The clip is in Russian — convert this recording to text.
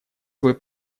свой